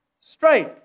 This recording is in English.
straight